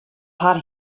har